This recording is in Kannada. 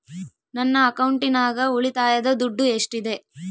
ನನ್ನ ಅಕೌಂಟಿನಾಗ ಉಳಿತಾಯದ ದುಡ್ಡು ಎಷ್ಟಿದೆ?